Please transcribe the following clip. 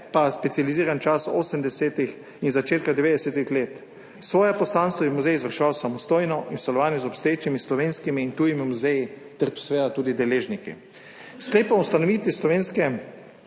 pa specializiran čas 80. in začetka 90. let. Svoje poslanstvo je muzej izvrševal samostojno in v sodelovanje z obstoječimi slovenskimi in tujimi muzeji ter seveda tudi deležniki. Sklep o ustanovitvi Muzeja slovenske